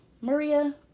Maria